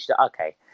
Okay